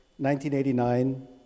1989